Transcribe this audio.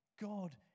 God